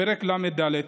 פרק ל"ד,